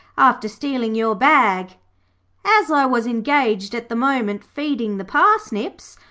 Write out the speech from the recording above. after stealing your bag as i was engaged at the moment feeding the parsnips,